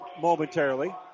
momentarily